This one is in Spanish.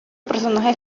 personajes